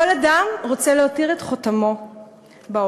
כל אדם רוצה להותיר את חותמו בעולם,